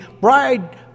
bride